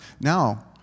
now